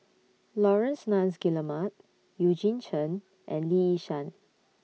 Laurence Nunns Guillemard Eugene Chen and Lee Yi Shyan